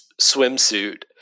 swimsuit